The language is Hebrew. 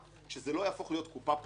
שזה לא יהפוך לקופה פרטית